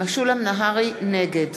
נהרי, נגד